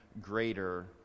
greater